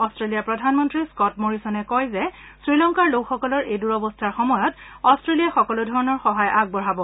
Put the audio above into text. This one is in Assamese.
অট্টেলিয়াৰ প্ৰধানমন্ত্ৰী স্বট মৰিছনে কয় যে শ্ৰীলংকাৰ লোকসকলৰ এই দুৰৱস্থাৰ সময়ত অট্টেলিয়াই সকলো ধৰণৰ সহায় আগবঢ়াব